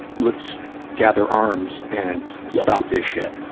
let's gather arms and stop this shit.